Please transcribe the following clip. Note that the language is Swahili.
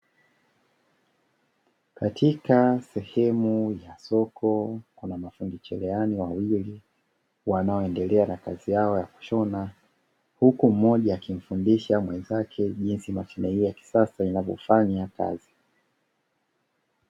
Katika sehemu ya soko kuna mafundi cherehani wawili wanaoendelea na kazi yao ya kushona, huku mmoja akimfundisha mwenzake jinsi mashine hii ya kisasa inavyofanya kazi.